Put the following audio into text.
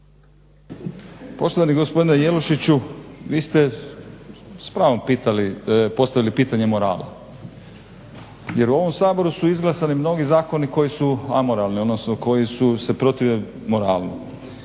Poštovani gospodine Jelušiću vi ste s pravom postavili pitanje morala jer u ovom Saboru su izglasani mnogi zakoni koji su amoralni odnosno koji se protive moralu.